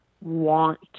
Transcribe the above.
want